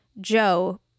Joe